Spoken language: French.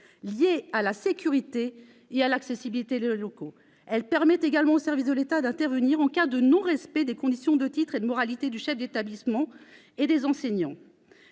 liés à la sécurité et à l'accessibilité des locaux. Elle permet également aux services de l'État d'intervenir en cas de non-respect des conditions de titres et de moralité du chef d'établissement et des enseignants.